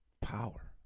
power